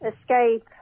escape